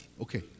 Okay